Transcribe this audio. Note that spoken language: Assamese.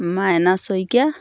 মাইনা শইকীয়া